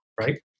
right